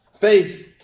faith